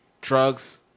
drugs